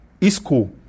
Isco